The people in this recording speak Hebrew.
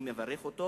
ואני מברך אותו